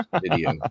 video